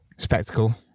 Spectacle